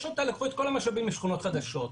אותה לקחו את כל המשאבים לשכונות חדשות.